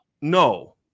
No